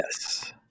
Yes